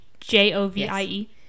J-O-V-I-E